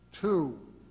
two